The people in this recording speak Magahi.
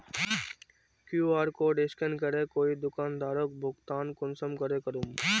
कियु.आर कोड स्कैन करे कोई दुकानदारोक भुगतान कुंसम करे करूम?